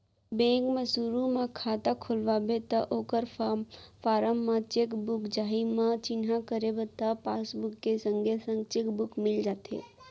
bank म सुरू म खाता खोलवाबे त ओकर फारम म चेक बुक चाही म चिन्हा करबे त पासबुक के संगे संग चेक बुक मिल जाथे